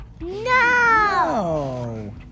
No